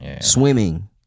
Swimming